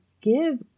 give